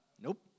Nope